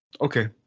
Okay